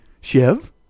Shiv